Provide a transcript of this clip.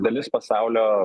dalis pasaulio